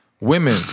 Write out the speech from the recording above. Women